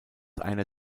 einer